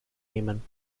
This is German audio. nehmen